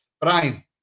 Brian